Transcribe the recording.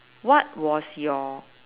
what was your